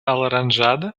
alaranjada